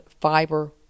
fiber